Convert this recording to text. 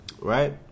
right